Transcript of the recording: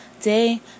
day